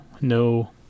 no